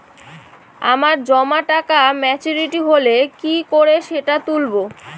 আমার জমা টাকা মেচুউরিটি হলে কি করে সেটা তুলব?